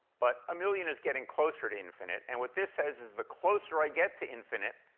but a million is getting closer to infinite. and what this says is the closer i get to infinite,